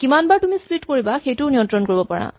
কিমানবাৰ তুমি স্প্লিট কৰিবা সেইটোও নিয়ন্ত্ৰণ কৰিব পাৰা